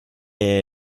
che